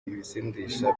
ibisindisha